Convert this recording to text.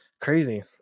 Crazy